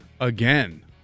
Again